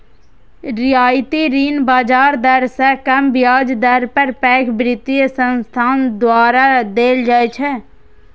रियायती ऋण बाजार दर सं कम ब्याज दर पर पैघ वित्तीय संस्थान द्वारा देल जाइ छै